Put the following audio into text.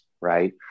Right